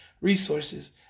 resources